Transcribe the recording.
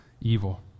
evil